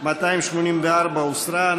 284 הוסרה.